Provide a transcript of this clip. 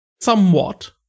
somewhat